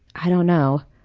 i now?